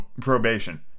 probation